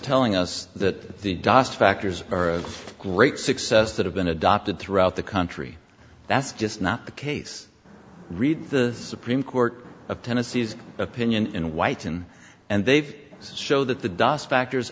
telling us that the das factors are a great success that have been adopted throughout the country that's just not the case read the supreme court of tennessee's opinion in white and and they've show that the das factors